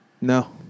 No